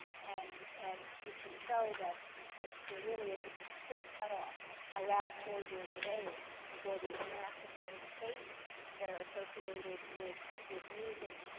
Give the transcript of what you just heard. and and you can show that that there really is a discrete cutoff around four years of age for these massive brain changes that are associated with with using